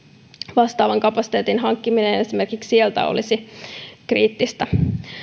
vastaavan kapasiteetin hankkiminen esimerkiksi sieltä olisi kriittistä